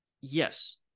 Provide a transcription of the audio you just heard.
yes